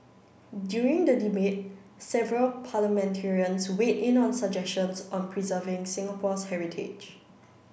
during the debate several parliamentarians weighed in on suggestions on preserving Singapore's heritage